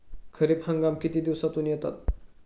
खरीप हंगाम किती दिवसातून येतात?